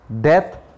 Death